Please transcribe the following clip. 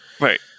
Right